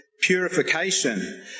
purification